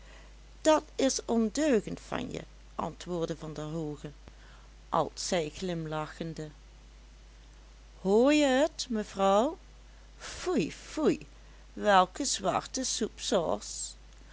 dat is ondeugend van je antwoordde van der hoogen als zij glimlachende hoor je t mevrouw foei foei welke zwarte